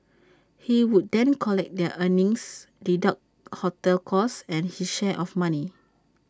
he would then collect their earnings deduct hotel costs and his share of money